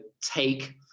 take